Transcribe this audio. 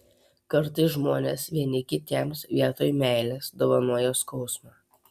kartais žmonės vieni kitiems vietoj meilės dovanoja skausmą